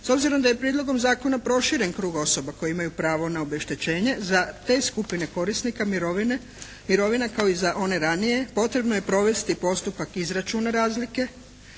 S obzirom da je Prijedlogom zakona proširen krug osoba koje imaju pravo na obeštećenje za te skupine korisnika mirovine, mirovina kao i za one ranije potrebno je provesti postupak izračuna razlike,